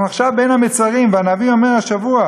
אנחנו עכשיו בין המצרים, והנביא אומר השבוע: